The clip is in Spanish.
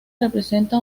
representa